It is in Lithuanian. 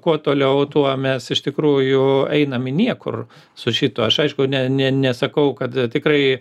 kuo toliau tuo mes iš tikrųjų einam į niekur su šituo aš aišku ne ne nesakau kad tikrai